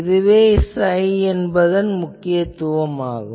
இதுவே psi என்பதன் முக்கியத்துவம் ஆகும்